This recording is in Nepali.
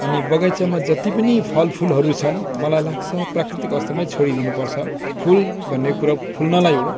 अनि बगैँचामा जति पनि फलफुलहरू छन् मलाई लाग्छ प्राकृतिक आवस्थामै छोडिदिनु पर्छ फुल भन्ने कुरो फुल्नलाई हो